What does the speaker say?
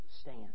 stand